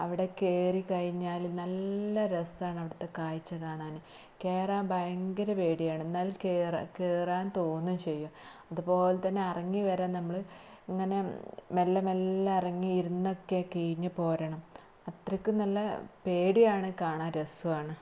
അവിടെ കയറി കഴിഞ്ഞാൽ നല്ല രസമാണ് അവിടുത്തെ കാഴ്ച കാണാൻ കയറാന് ഭയങ്കര പേടിയാണ് എന്നാലും കയറാൻ കയറാന് തോന്നുകയും ചെയ്യും അതുപോലെ തന്നെ ഇറങ്ങി വരാന് നമ്മൾ ഇങ്ങനെ മെല്ലെ മെല്ലെ ഇറങ്ങി ഇരുന്നൊക്കെ കിയിഞ്ഞു പോരണം അത്രക്കും നല്ല പേടിയാണ് കാണാന് രസവും ആണ്